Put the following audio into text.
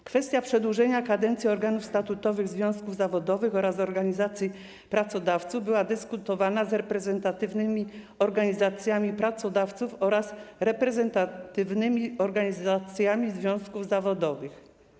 O kwestii przedłużenia kadencji organów statutowych związków zawodowych oraz organizacji pracodawców dyskutowano z reprezentatywnymi organizacjami pracodawców oraz reprezentatywnymi organizacjami związków zawodowych.